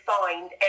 find